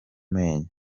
menyo